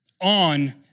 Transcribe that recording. on